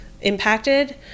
impacted